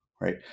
right